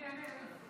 אני, אני.